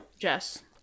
jess